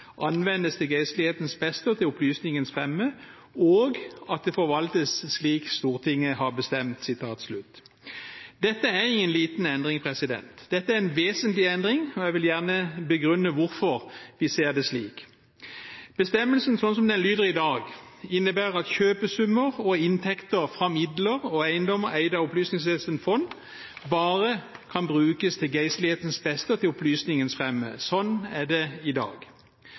anvendes til geistlighetens beste og til opplysningens fremme, og at det forvaltes slik Stortinget har bestemt.» Dette er ingen liten endring – dette er en vesentlig endring – og jeg vil gjerne begrunne hvorfor vi ser det slik. Bestemmelsen slik den lyder i dag, innebærer at kjøpesummer og inntekter fra midler og eiendommer eid av Opplysningsvesenets fond bare kan brukes til geistlighetens beste og til opplysningens fremme. Sånn er det i dag.